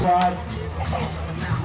right now